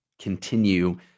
continue